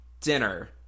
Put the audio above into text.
dinner